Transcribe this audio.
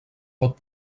pot